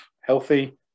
healthy